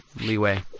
leeway